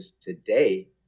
today